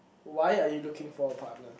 why are you looking for a partner